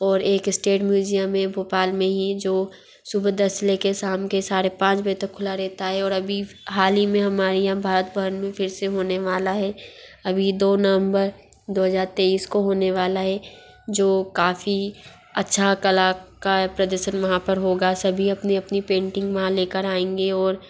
और एक estate museum है भोपाल में ही जो सुबह दस से ले के शाम के साढ़े पाँच बजे तक खुला रहता है और अभी हाल ही में हमारे यहाँ भारत भवन में फिर से होने वाला है अभी दो नांबर दो हज़ार तेईस को होने वाला है जो काफ़ी अच्छा कला का प्रदर्शन वहाँ पर होगा सभी अपनी अपनी पेंटिंग वहाँ ले कर आएंगे और